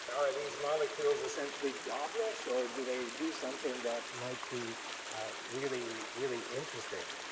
are these molecules essentially jobless or do they do something that might be really, really interesting?